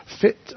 fit